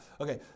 Okay